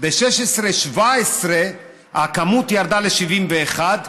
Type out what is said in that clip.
ב-2017-2016 הכמות ירדה ל-71%,